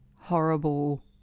horrible